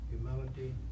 humility